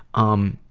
um,